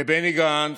לבני גנץ,